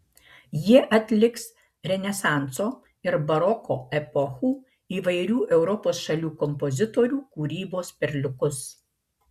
jie atliks renesanso ir baroko epochų įvairių europos šalių kompozitorių kūrybos perliukus